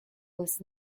was